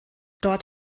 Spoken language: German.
dort